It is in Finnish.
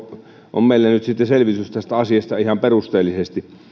on meillä nyt sitten selvitys tästä asiasta ihan perusteellisesti